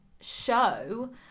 show